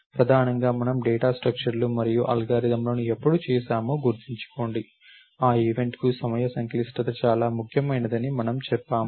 ప్రధానంగా మనము డేటా స్ట్రక్చర్లు మరియు అల్గారిథమ్లను ఎప్పుడు చేశామో గుర్తుంచుకోండి ఆ ఈవెంట్కు సమయ సంక్లిష్టత చాలా ముఖ్యమైనదని మనము చెప్పాము